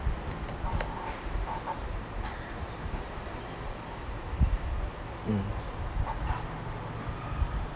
mm